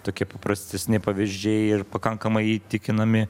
tokie paprastesni pavyzdžiai ir pakankamai įtikinami